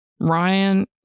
Ryan